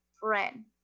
friend